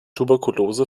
tuberkulose